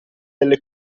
delle